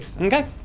Okay